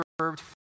served